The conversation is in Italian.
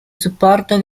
supporto